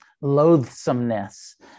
loathsomeness